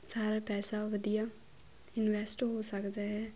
ਸਾਰਾ ਪੈਸਾ ਵਧੀਆ ਇਨਵੈਸਟ ਹੋ ਸਕਦਾ ਹੈ